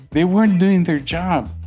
they weren't doing their job